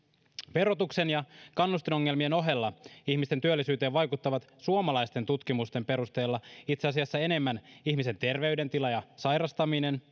verotuksen ja kannustinongelmien ohella ihmisten työllisyyteen vaikuttavat suomalaisten tutkimusten perusteella itse asiassa enemmän ihmisen terveydentila ja sairastaminen